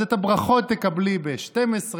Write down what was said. אז את הברכות תקבלי ב-12,